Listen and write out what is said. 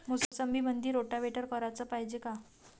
मोसंबीमंदी रोटावेटर कराच पायजे का?